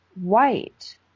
white